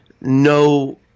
no